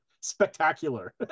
Spectacular